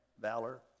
valor